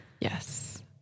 Yes